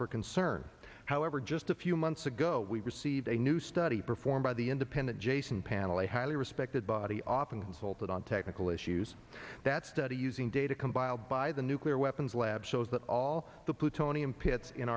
for concern however just a few months ago we received a new study performed by the independent jason panel a highly respected body often consulted on technical issues that study using data combined by the nuclear weapons lab shows that all the plutonium pits in